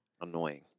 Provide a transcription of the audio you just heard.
annoying